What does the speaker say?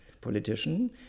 politician